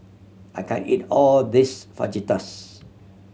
I can't eat all this Fajitas